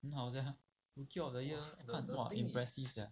很好 sia rookie of the year 我看 impressive sia